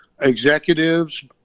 executives